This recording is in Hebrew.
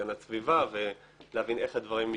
הגנת הסביבה ולהבין איך הדברים משתלבים,